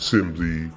simply